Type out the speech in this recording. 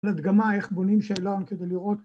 ‫להדגמה איך בונים שאלון כדי לראות.